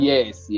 Yes